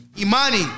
Imani